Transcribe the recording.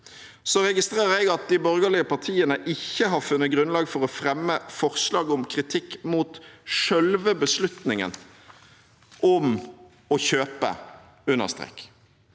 Jeg registrerer at de borgerlige partiene ikke har funnet grunnlag for å fremme forslag om kritikk mot selve beslutningen om å kjøpe under strek.